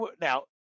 now